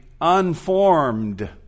unformed